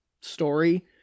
story